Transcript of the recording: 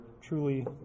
truly